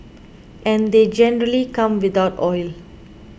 and they generally come without oil